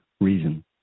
reason